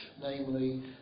namely